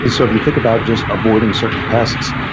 so if you think about just avoiding certain pests,